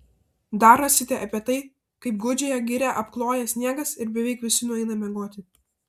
dar rasite apie tai kaip gūdžiąją girią apkloja sniegas ir beveik visi nueina miegoti